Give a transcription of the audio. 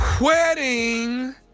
Wedding